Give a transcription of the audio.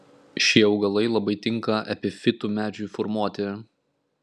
šie augalai labai tinka epifitų medžiui formuoti